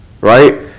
right